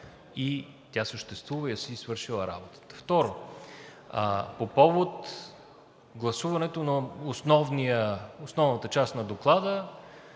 тя съществува и си е свършила работата. Второ, по повод гласуването на основната част на Доклада.